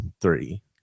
three